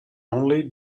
only